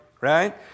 Right